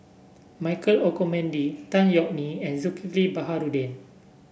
Michael Olcomendy Tan Yeok Nee and Zulkifli Baharudin